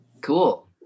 cool